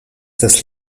des